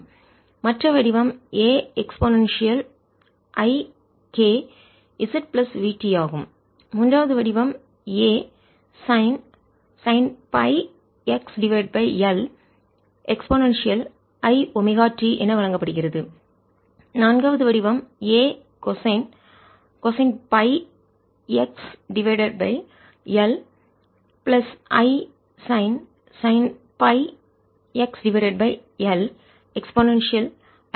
Aexpkx vt2 மற்ற வடிவம் A exponential அதிவேக i k z plus v t ஆகும் A expikzvt மூன்றாவது வடிவம் A sine sine pi X divided by L e iωt என வழங்கப்படுகிறது Asin πxL eiωt நான்காவது வடிவம் A cosine cosine pi X divided by L plus i sine sine pi X divided by L e iωt i omega t என வழங்கப்படுகிறது